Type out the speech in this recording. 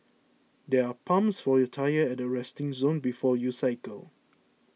there are pumps for your tyres at the resting zone before you cycle